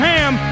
Ham